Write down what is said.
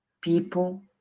people